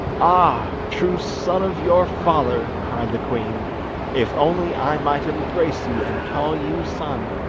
ah, true son of your father cried the queen if only i might embrace you and call you son!